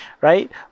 right